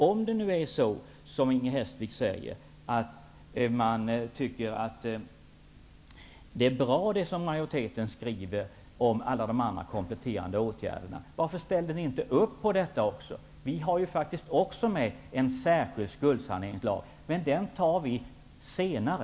Om det är så som Inger Hestvik säger att ni tycker att det som majoriteten skriver om alla de andra kompletterande åtgärderna är bra, varför ställde ni i så fall inte upp på detta. Vi har faktiskt också med ett förslag till skuldsaneringslag, men det tar vi senare.